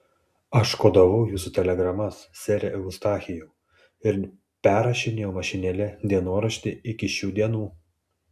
aš kodavau jūsų telegramas sere eustachijau ir perrašinėjau mašinėle dienoraštį iki šių dienų